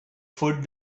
food